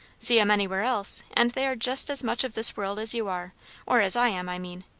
see em anywhere else, and they are just as much of this world as you are or as i am, i mean.